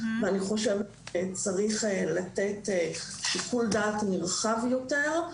אני חושבת שצריך לתת שיקול דעת נרחב יותר,